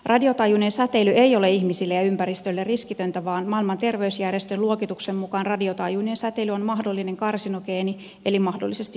radiotaajuinen säteily ei ole ihmisille ja ympäristölle riskitöntä vaan maailman terveysjärjestön luokituksen mukaan radiotaajuinen säteily on mahdollinen karsinogeeni eli mahdollisesti syöpää aiheuttava